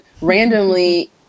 randomly